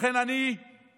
לכן אני מצפה